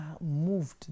moved